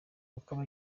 aba